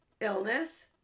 Illness